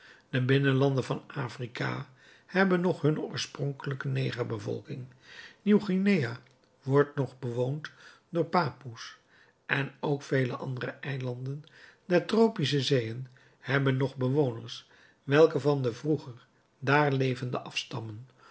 de binnenlanden van afrika hebben nog hunne oorspronkelijke negerbevolking nieuw-guinea wordt nog bewoond door de papoes en ook vele andere eilanden der tropische zeeën hebben nog bewoners welke van de vroeger daar levende afstammen